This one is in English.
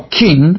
king